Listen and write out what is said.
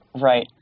Right